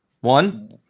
one